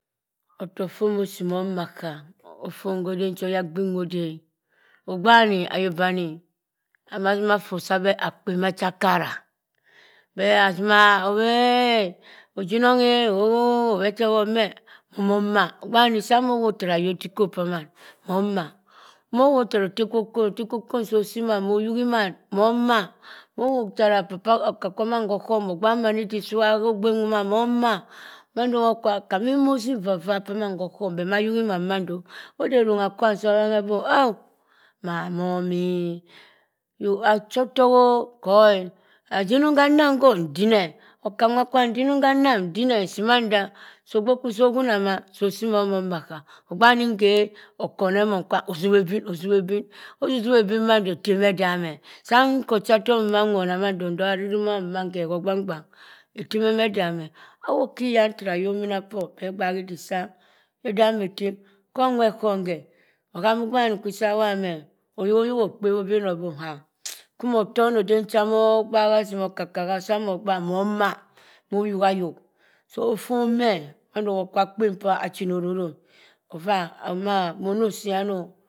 Ofok ffo omo sim oma bhang offon kha ose kwa ayagbin nwa ode e. Ogbe wani ayok bani amah zima forr sabeh akpe macha akara. Beh azima ogbe wani sa mowop tara ayodikop pamann moh maa. saa mowobha tara atte kwo akon, otte kwo okon sa ossi mann, oyughi mann momah. Mowop tara papa kwaman ogbak mann idik saa ogbe nwoma momah. Mando kwa mann mozim vaa. Pamann kho ogbom. Beh ma yughi mann mando. ade erongha kwam sa obenbeh oh, my mummy. achotok o kho e. Tinim hanamm kho ntimeh, oka- nwa kwam tinim hanam kho ntimeh. Agbe kwu sa ohuna ma, osim ima bhang ogbe wani nkhe okoneh emong kwam ozuwa ebin ozuwa ebim. ozubha ebim ma se ma etem edameh. saaa nka ochatok nwona mando nsog ha ariri moma nkhe hogbang gbang etem emeh dameh. Ana wop khigam tara ayok mina por beh gbahi idik saa idam etem. Kha onwet ghom khe ogbe wani kwisa awob ha meh oyok okpebhi bii ah, kwu motoni eden cha moh igbak azim okoko haa. saa mogbak moh maa. moyuk ayok so ofon meh mando kwa akpen por achinororo e. iffa ma monosiyan o?